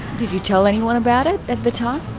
did you tell anyone about it at the time?